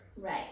Right